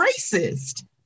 racist